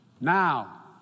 Now